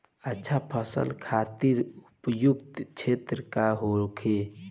अच्छा फसल खातिर उपयुक्त क्षेत्र का होखे?